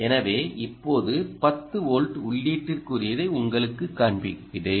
எனவே இப்போது10 வோல்ட் உள்ளீட்டிற்குரியதை உங்களுக்குக் காண்பிக்கிறேன்